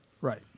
Right